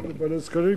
לא לבעלי זקנים,